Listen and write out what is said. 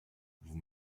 vous